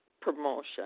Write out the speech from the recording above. promotion